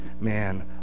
man